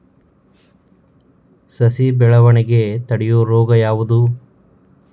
ಸಸಿ ಬೆಳವಣಿಗೆ ತಡೆಯೋ ರೋಗ ಯಾವುದು?